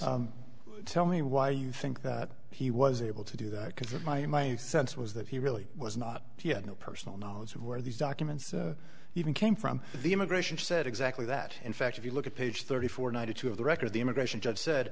yes tell me why you think that he was able to do that because of my sense was that he really was not he had no personal knowledge of where these documents even came from the immigration said exactly that in fact if you look at page thirty four ninety two for the record the immigration judge said